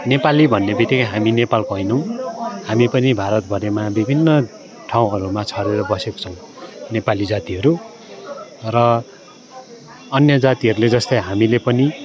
नेपाली भन्ने बित्तिकै हामी नेपालको होइनौँ हामी पनि भारतभरिमा विभिन्न ठाउँहरूमा छरेर बसेका छौँ नेपाली जातिहरू र अन्य जातिहरूले जस्तै हामीले पनि